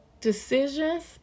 decisions